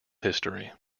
history